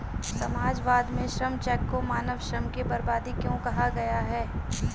समाजवाद में श्रम चेक को मानव श्रम की बर्बादी क्यों कहा गया?